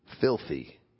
filthy